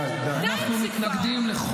די עם זה כבר.